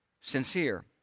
sincere